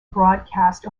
broadcast